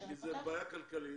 כי זו בעיה כלכלית,